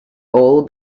all